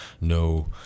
no